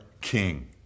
king